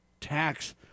tax